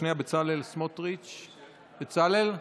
בצלאל סמוטריץ' בצלאל,